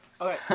Okay